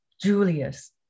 Julius